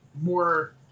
more